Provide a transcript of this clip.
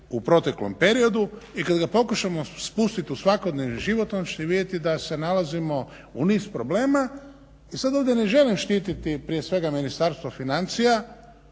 u proteklom periodu, i kad ga pokušamo spustiti u svakodnevni život onda ćete vidjeti da se nalazimo u niz problema i sad ovdje ne želim štititi prije svega Ministarstvo financija,